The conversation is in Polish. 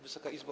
Wysoka Izbo!